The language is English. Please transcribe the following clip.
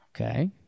okay